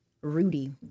Rudy